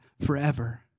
forever